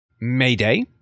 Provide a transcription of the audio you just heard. mayday